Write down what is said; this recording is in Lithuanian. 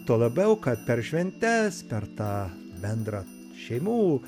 tuo labiau kad per šventes per tą bendrą šeimų